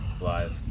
live